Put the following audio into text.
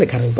ଲେଖା ରହିବ